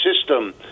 system